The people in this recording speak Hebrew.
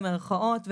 במרכאות,